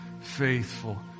faithful